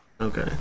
Okay